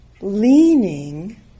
leaning